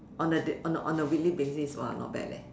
on a da~ on on a weekly basis !wah! not bad leh